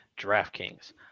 DraftKings